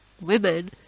women